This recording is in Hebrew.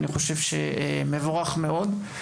אני חושב שזה מבורך מאוד.